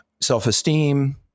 self-esteem